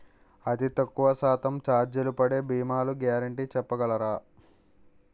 అతి తక్కువ శాతం ఛార్జీలు పడే భీమాలు గ్యారంటీ చెప్పగలరా?